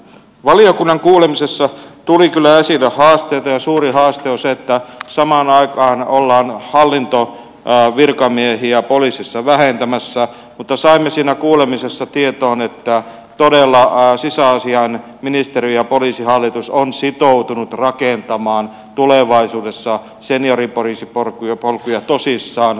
valiokunnan kuulemisessa tuli kyllä esille haasteita ja suurin haaste on se että samaan aikaan ollaan vähentämässä hallintovirkamiehiä poliisissa mutta saimme siinä kuulemisessa tietoon että todella sisäasiainministeriö ja poliisihallitus ovat sitoutuneet tulevaisuudessa rakentamaan senioripoliisipolkuja tosissaan